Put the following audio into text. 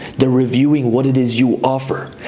the reviewing, what it is you offer.